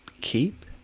keep